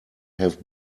have